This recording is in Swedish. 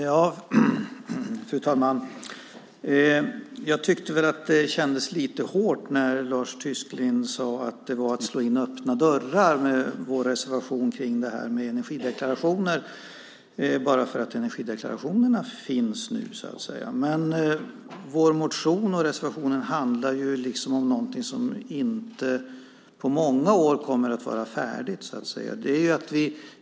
Fru talman! Jag tyckte väl att det kändes lite hårt när Lars Tysklind sade att vi slår in öppna dörrar med vår reservation kring det här med energideklarationer bara för att energideklarationerna så att säga finns nu. Men vår motion och reservationen handlar ju om någonting som inte på många år kommer att vara färdigt.